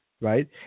right